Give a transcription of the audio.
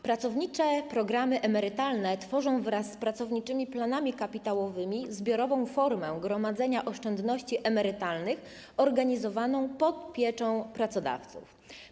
Pracownicze programy emerytalne tworzą wraz z pracowniczymi planami kapitałowymi zbiorową formę gromadzenia oszczędności emerytalnych organizowaną pod pieczą pracodawców.